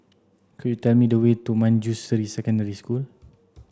could you tell me the way to Manjusri Secondary School